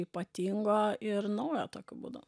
ypatingo ir naujo tokiu būdu